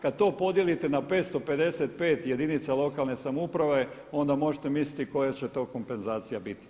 Kada to podijelite na 555 jedinica lokalne samouprave, onda možete misliti koja će to kompenzacija biti.